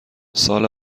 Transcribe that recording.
سال